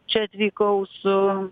čia atvykau su